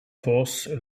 force